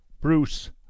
Bruce